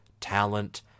talent